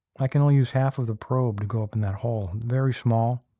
i can only use half of the probe to go up in that hole, very small.